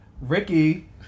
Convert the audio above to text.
Ricky